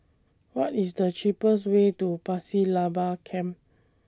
What IS The cheapest Way to Pasir Laba Camp